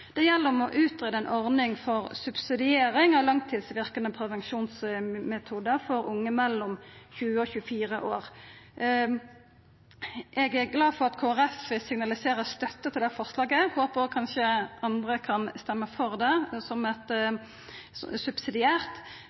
Det gjeld å utgreia ei ordning for subsidiering av langtidsverkande prevensjonsmetodar for unge mellom 20 og 24 år. Eg er glad for at Kristeleg Folkeparti signaliserer støtte til det forslaget. Eg håpar at kanskje andre kan stemma for det